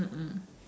mm mm